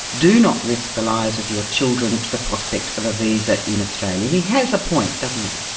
do not risk the lives of your children to the prospect of a visa in australia. he has a point, doesn't he?